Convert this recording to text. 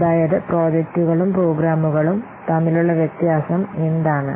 അതായത് പ്രോജക്റ്റുകളും പ്രോഗ്രാമുകളും തമ്മിലുള്ള വ്യത്യാസം എന്താണ്